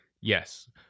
Yes